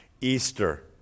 Easter